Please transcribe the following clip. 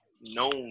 known